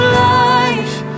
life